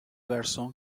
garçom